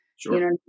Sure